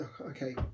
okay